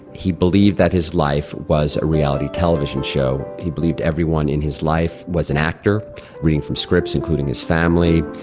he believed that his life was a reality television show. he believed everyone in his life was an actor reading from scripts, including his family.